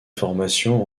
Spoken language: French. formation